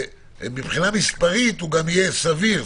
שמספרית גם יהיה סביר,